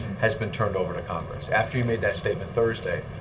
has been turned over to congress. after you made that statement thursday,